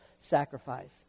sacrifice